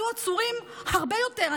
היו עצורים הרבה יותר,